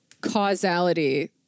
causality